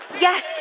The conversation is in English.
Yes